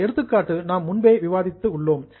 இந்த எடுத்துக்காட்டு நாம் முன்பே விவாதித்து உள்ளோம்